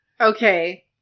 Okay